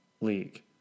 league